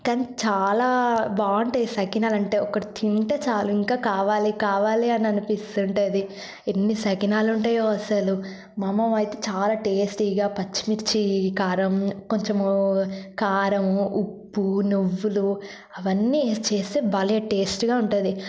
కానీ చాలా బాగుంటాయి సకినాలంటే అంటే ఒకటి తింటే చాలు ఇంకా కావాలి కావాలి అని అనిపిస్తుంటది ఎన్ని సకినాలు ఉంటాయో అసలు మా అమ్మమ్మ అయితే చాలా టేస్టీగా పచ్చిమిర్చి కారం కొంచెం కారము ఉప్పు నువ్వులు అవన్నీ వేసి చేస్తే భలే టేస్ట్గా ఉంటది